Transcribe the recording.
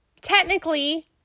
Technically